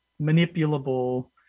manipulable